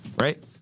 right